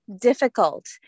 difficult